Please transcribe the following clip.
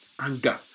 Anger